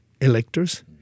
electors